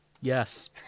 yes